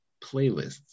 playlists